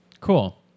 cool